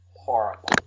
horrible